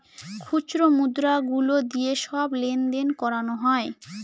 খুচরো মুদ্রা গুলো দিয়ে সব লেনদেন করানো হয়